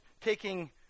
taking